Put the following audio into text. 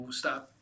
stop